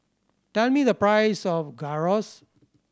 tell me the price of Gyros